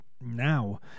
now